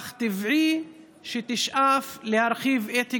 אך טבעי שתשאף להרחיב את גבולותיה.